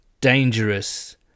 dangerous